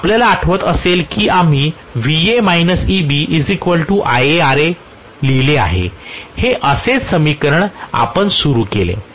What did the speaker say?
आपल्याला आठवत असेल की आम्ही Va EbIaRa लिहिले आहे हे असेच समीकरण आपण सुरू केले